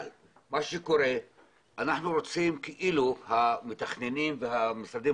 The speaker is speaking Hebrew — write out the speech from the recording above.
אבל מה שקורה הוא שהמתכננים והמשרדים